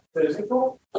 Physical